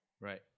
Right